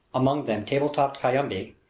among them table-topped cayambi,